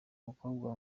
mukobwa